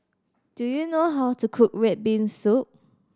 do you know how to cook red bean soup